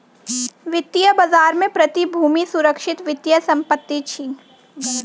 वित्तीय बजार में प्रतिभूति सुरक्षित वित्तीय संपत्ति अछि